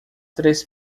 três